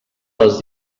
les